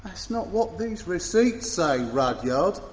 that's not what these receipts say, rudyard.